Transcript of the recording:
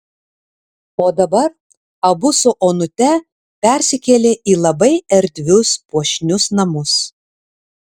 o dabar abu su onute persikėlė į labai erdvius puošnius namus